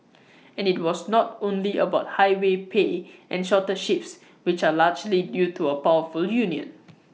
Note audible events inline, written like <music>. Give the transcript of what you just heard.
<noise> and IT was not only about higher pay and shorter shifts which are largely due to A powerful union